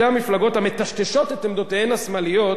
המפלגות המטשטשות את עמדותיהן השמאליות